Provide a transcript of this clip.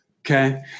Okay